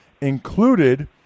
included